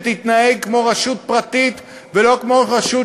כמו קרן